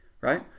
right